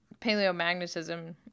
Paleomagnetism